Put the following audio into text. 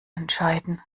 entscheiden